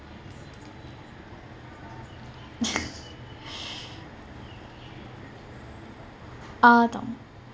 uh